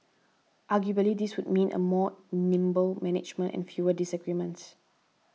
arguably this would mean a more nimble management and fewer disagreements